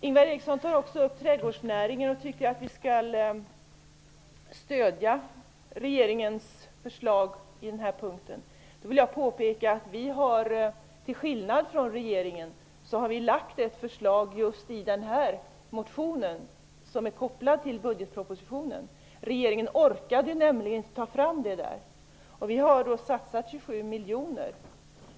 Ingvar Eriksson tar också upp trädgårdsnäringen, och han tycker att vi skall stödja regeringens förslag på den här punkten. Jag vill då påpeka att vi, till skillnad från regeringen, har lagt fram ett förslag i just den motion som är kopplad till budgetpropositionen. Regeringen orkade nämligen inte ta fram den frågan där. Vi har satsat 27 miljoner.